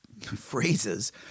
Phrases